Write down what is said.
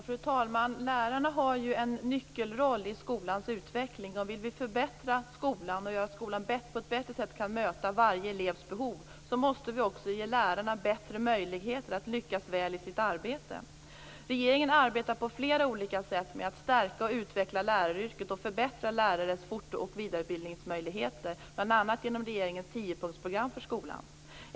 Fru talman! Lärarna har en nyckelroll i skolans utveckling. Vill vi förbättra skolan och göra så att skolan på ett bättre sätt kan möta varje elevs behov måste vi också ge lärarna bättre möjligheter att lyckas väl i sitt arbete. Regeringen arbetar på flera olika sätt med att stärka och utveckla läraryrket och förbättra lärares fort och vidareutbildningsmöjligheter, bl.a. genom regeringens tiopunktsprogram för skolan.